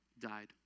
died